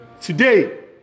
Today